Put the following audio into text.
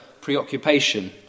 preoccupation